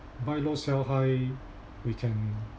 buy low sell high we can